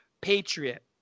Patriot